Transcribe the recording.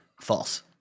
False